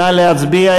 נא להצביע.